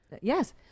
Yes